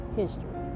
history